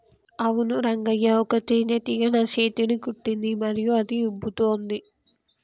అవును రంగయ్య ఒక తేనేటీగ నా సేతిని కుట్టింది మరియు అది ఉబ్బుతోంది